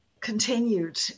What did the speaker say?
continued